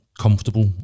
comfortable